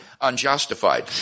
unjustified